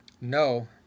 No